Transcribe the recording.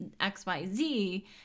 xyz